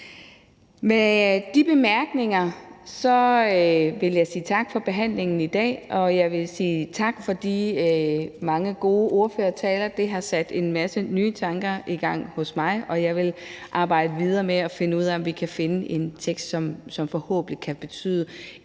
Med de bemærkninger vil jeg sige tak for behandlingen i dag, og jeg vil sige tak for de mange gode ordførertaler. Det har sat en masse nye tanker i gang hos mig, og jeg vil arbejde videre med at finde ud af, om vi kan finde en tekst, som forhåbentlig kan betyde